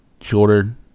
shorter